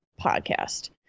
podcast